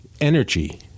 energy